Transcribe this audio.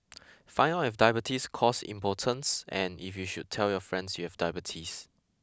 find out if diabetes causes impotence and if you should tell your friends you have diabetes